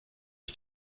ich